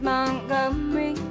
Montgomery